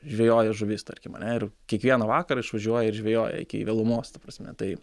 žvejoja žuvis tarkim ane ir kiekvieną vakarą išvažiuoja ir žvejoja iki vėlumos ta prasme tai